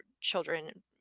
children